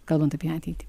kalbant apie ateitį